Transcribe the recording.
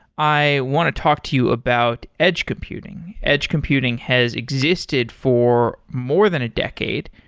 i want to talk to you about edge computing. edge computing has existed for more than a decade.